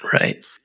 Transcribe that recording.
Right